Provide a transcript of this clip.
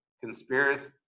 conspiracy